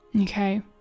Okay